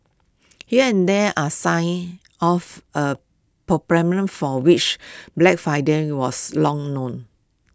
here and there are signs of A for which Black Friday was long known